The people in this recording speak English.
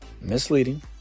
misleading